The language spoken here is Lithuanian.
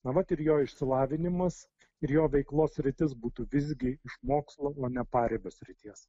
na vat ir jo išsilavinimas ir jo veiklos sritis būtų visgi iš mokslo o ne paribio srities